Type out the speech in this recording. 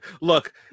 Look